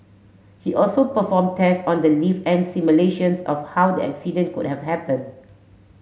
he also perform tests on the lift and simulations of how the accident could have happen